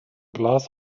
glass